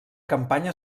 campanya